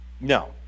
No